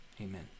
amen